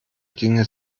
dinge